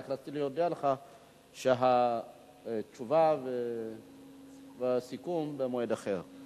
רק רציתי להודיע לך שהתשובה והסיכום במועד אחר.